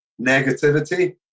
negativity